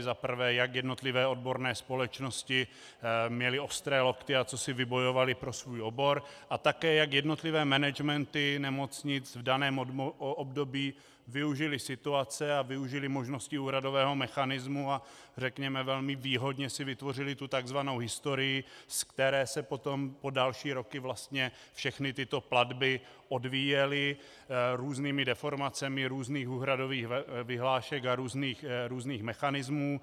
Za prvé, jak jednotlivé odborné společnosti měly ostré lokty a co si vybojovaly pro svůj obor, a také, jak jednotlivé managementy nemocnic v daném období využily situace a využily možnosti úhradového mechanismu, a řekněme, velmi výhodně si vytvořily tzv. historii, z které se po další roky všechny tyto platby odvíjely různými deformacemi různých úhradových vyhlášek a různých mechanismů.